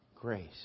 grace